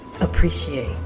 appreciate